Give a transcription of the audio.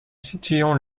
situons